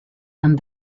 and